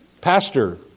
pastor